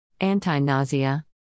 Anti-nausea